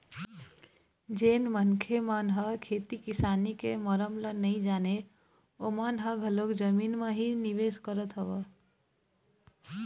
जेन मनखे मन ह खेती किसानी के मरम ल नइ जानय ओमन ह घलोक जमीन म ही निवेश करत हवय